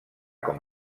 com